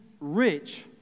rich